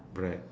bread